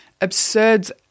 absurd